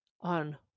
on